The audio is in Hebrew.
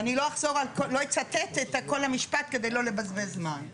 ואני לא אחזור על כל לא אצטט את כל המשפט כדי לא לבזבז זמן,